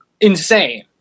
insane